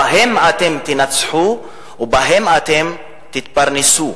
בהם אתם תנצחו ובהם אתם תתפרנסו.